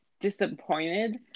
disappointed